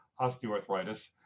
osteoarthritis